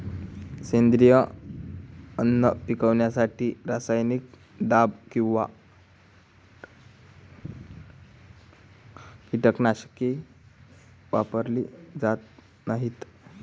सेंद्रिय अन्न पिकवण्यासाठी रासायनिक दाब किंवा कीटकनाशके वापरली जात नाहीत